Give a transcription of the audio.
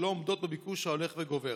שלא עומדות בביקוש ההולך וגובר.